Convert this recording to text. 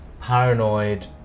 paranoid